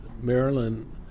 Maryland